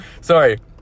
Sorry